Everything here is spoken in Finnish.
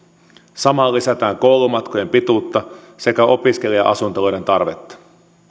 samalla lisätään koulumatkojen pituutta sekä opiskelija asuntoloiden tarvetta